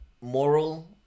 moral